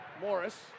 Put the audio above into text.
Morris